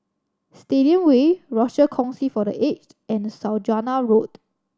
Stadium Way Rochor Kongsi for The Aged and Saujana Road